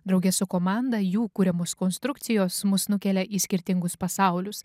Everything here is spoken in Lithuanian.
drauge su komanda jų kuriamos konstrukcijos mus nukelia į skirtingus pasaulius